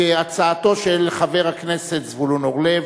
הצעתו של חבר הכנסת זבולון אורלב,